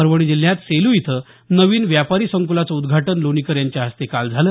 परभणी जिल्ह्यात सेलू इथं नवीन व्यापारी संकूलाचं उद्घाटन लोणीकर यांच्या हस्ते काल झालं